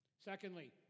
Secondly